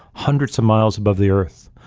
hundreds of miles above the earth,